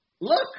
look